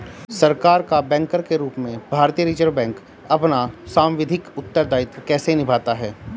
सरकार का बैंकर के रूप में भारतीय रिज़र्व बैंक अपना सांविधिक उत्तरदायित्व कैसे निभाता है?